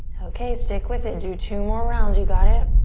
okay, stick with it. do two more rounds. you got it.